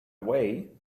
way